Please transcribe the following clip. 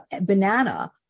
banana